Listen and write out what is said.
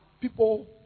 people